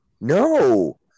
No